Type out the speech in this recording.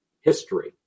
history